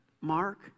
Mark